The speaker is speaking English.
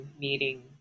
meeting